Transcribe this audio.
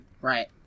Right